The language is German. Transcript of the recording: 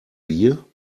bier